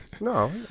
No